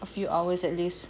a few hours at least